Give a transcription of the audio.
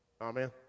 Amen